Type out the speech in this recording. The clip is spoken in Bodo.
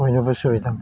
बयनोबो सुबिदा